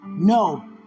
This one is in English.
no